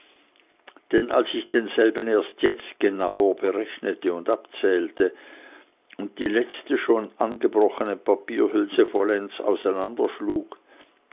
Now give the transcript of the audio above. denn als ich denselben erst jetzt genauer berechnete und abzählte und die letzte schon angebrochene papierhülse vollends